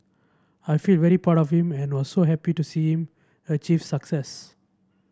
I feel very proud of him and was so happy to see him achieve success